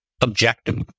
objective